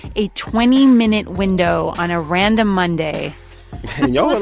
a twenty minute window on a random monday y'all and